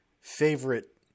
favorite